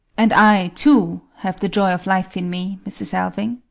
and i, too, have the joy of life in me, mrs. alving!